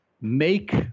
make